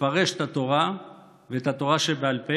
לפרש את התורה ואת התורה שבעל פה